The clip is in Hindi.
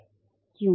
क्यों